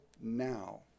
now